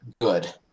good